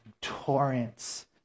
torrents